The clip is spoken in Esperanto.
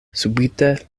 subite